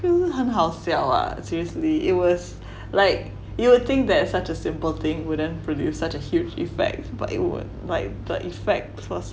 很好笑 [what] seriously it was like you would think that such a simple thing wouldn't produce such a huge effect but it would like the effect first